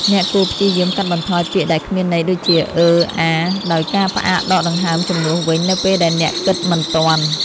អ្នកគួរព្យាយាមកាត់បន្ថយពាក្យដែលគ្មានន័យដូចជា "អឺ... អា..." ដោយការផ្អាកដកដង្ហើមជំនួសវិញនៅពេលដែលអ្នកគិតមិនទាន់។